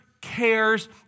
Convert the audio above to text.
cares